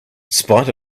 spite